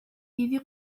idi